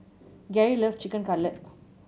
Gary loves Chicken Cutlet